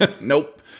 nope